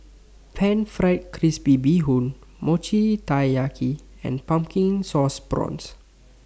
Pan Fried Crispy Bee Hoon Mochi Taiyaki and Pumpkin Sauce Prawns